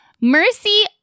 Mercy